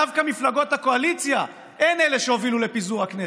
דווקא מפלגות הקואליציה הן אלה שהובילו לפיזור הכנסת.